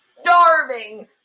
starving